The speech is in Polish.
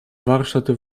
warsztat